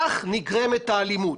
כך נגרמת האלימות.